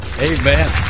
Amen